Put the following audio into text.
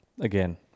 again